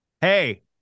hey